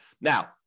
Now